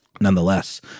nonetheless